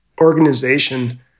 organization